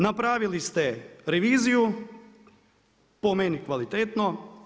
Napravili ste reviziju, po meni kvalitetno.